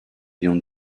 lions